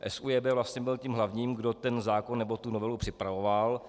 SÚJB vlastně byl tím hlavním, kdo ten zákon nebo tu novelu připravoval.